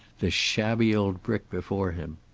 this shabby old brick before him.